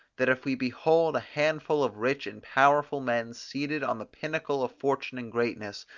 that if we behold a handful of rich and powerful men seated on the pinnacle of fortune and greatness,